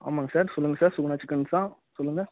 ஆமாங்க சார் சொல்லுங்கள் sir Suguna chickens தான் சொல்லுங்கள்